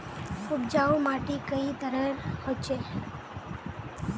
उपजाऊ माटी कई तरहेर होचए?